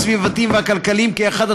הסביבתיים והכלכליים כאחד,